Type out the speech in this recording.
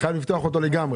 אני חייב לפתוח אותו לגמרי.